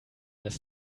das